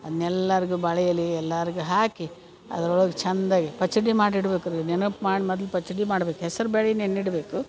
ಅದ್ನೆಲ್ಲರ್ಗು ಬಾಳೆ ಎಲೆ ಎಲ್ಲಾರಿಗು ಹಾಕಿ ಅದರೊಳಗ ಚಂದಗಿ ಪಚ್ಡಿ ಮಾಡಿ ಇಡ್ಬೇಕ್ರಿ ನೆನಪು ಮಾಡಿ ಮೊದಲು ಪಚ್ಡಿ ಮಾಡ್ಬೇಕು ಹೆಸರು ಬ್ಯಾಳಿ ನೆನಿಡ್ಬೇಕು